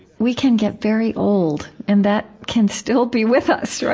we can get very old, and that can still be with us.